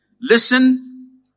Listen